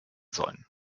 sollen